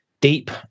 deep